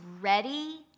ready